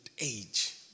age